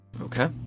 Okay